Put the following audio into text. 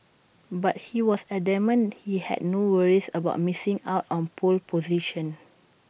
but he was adamant he had no worries about missing out on pole position